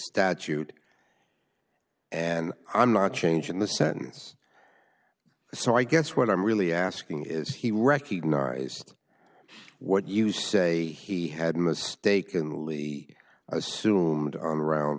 statute and i'm not changing the sentence so i guess what i'm really asking is he recognized what you say he had mistakenly assumed arms around